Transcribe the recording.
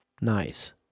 Nice